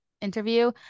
interview